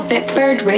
Bitbird